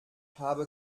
habe